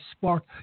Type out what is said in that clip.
spark